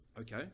okay